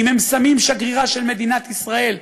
אם הם שמים שגרירה של מדינת ישראל,